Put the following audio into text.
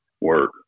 work